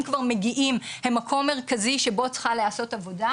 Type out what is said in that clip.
כבר מגיעים הם מקום מרכזי שבו צריכה להיעשות עבודה.